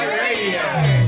radio